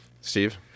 Steve